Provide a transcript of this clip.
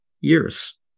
years